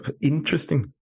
interesting